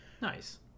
Nice